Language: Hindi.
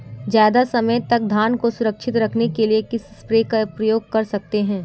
ज़्यादा समय तक धान को सुरक्षित रखने के लिए किस स्प्रे का प्रयोग कर सकते हैं?